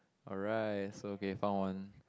alright so okay found one